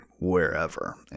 wherever